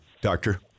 doctor